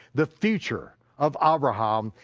the future of abraham,